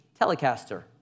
Telecaster